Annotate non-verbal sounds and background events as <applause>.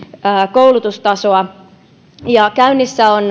koulutustasoa ja käynnissä on <unintelligible>